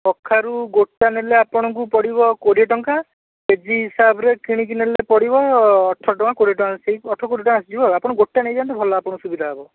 କଖାରୁ ଗୋଟା ନେଲେ ଆପଣଙ୍କୁ ପଡିବ କୋଡ଼ିଏ ଟଙ୍କା କେ ଜି ହିସାବରେ କିଣିକି ନେଲେ ପଡ଼ିବ ଅଠର ଟଙ୍କା କୋଡ଼ିଏ ଟଙ୍କା ଅଠର କୋଡ଼ିଏ ଟଙ୍କା ଆସିଯିବ ଆପଣ ଗୋଟା ନେଇ ଯାଆନ୍ତୁ ଭଲ ଆପଣଙ୍କୁ ସୁବିଧା ହେବ